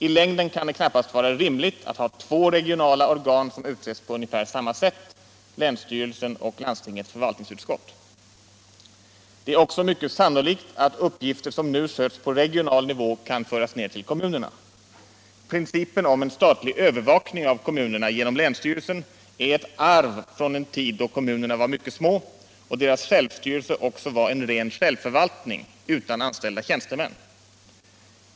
I längden kan det knappast vara rimligt att ha två regionala organ som utses på ungefär samma sätt, länsstyrelsen och landstingets förvaltningsutskott. Det är också mycket sannolikt att uppgifter som nu sköts på regional nivå kan föras ner till kommunerna. Principen om en statlig övervakning av kommunerna genom länsstyrelsen är ett arv från en tid då kommunerna var mycket små och deras självstyrelse var en ren självförvaltning, utan anställda tjänstemän.